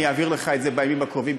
אני אעביר לך את זה בימים הקרובים,